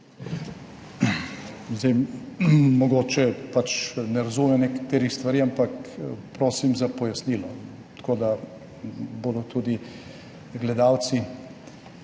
Mogoče pač ne razumem nekaterih stvari, ampak prosim za pojasnilo, tako da bodo tudi gledalci,